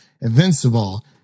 Invincible